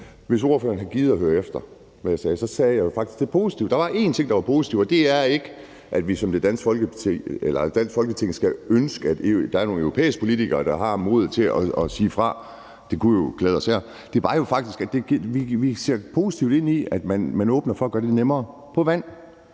Hvis ordføreren havde gidet at høre efter, hvad jeg sagde, ville hun have hørt, at jeg faktisk sagde, at der var én ting, der var positiv. Det er ikke, at vi som det danske Folketing skal ønske, at der er nogle europæiske politikere, der har modet til at sige fra – det kunne jo klæde os her – men at vi faktisk ser positivt på, at man åbner for at gøre det nemmere på vandet.